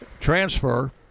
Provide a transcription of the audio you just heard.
transfer